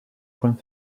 point